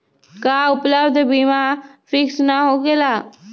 का उपलब्ध बीमा फिक्स न होकेला?